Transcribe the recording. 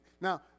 Now